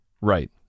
Right